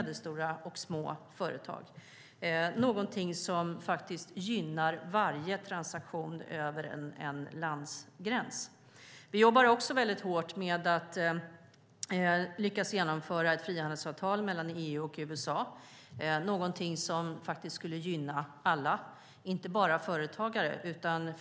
Det gynnar varje transaktion över en landsgräns. Vi jobbar också väldigt hårt med att genomföra ett frihandelsavtal mellan EU och USA, någonting som skulle gynna alla, inte bara företagare.